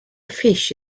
fish